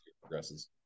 progresses